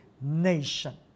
nation